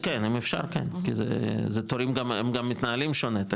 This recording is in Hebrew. כן, אם אפשר, כן, כי זה תורים גם מתנהלים שונה.